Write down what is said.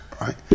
Right